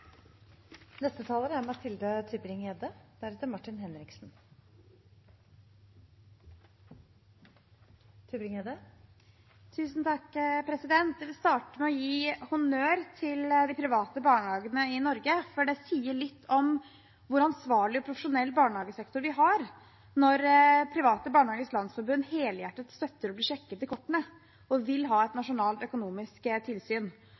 Jeg vil starte med å gi honnør til de private barnehagene i Norge, for det sier litt om hvilken ansvarlig og profesjonell barnehagesektor vi har når Private Barnehagers Landsforbund helhjertet støtter å bli sjekket i kortene og vil ha et nasjonalt økonomisk tilsyn.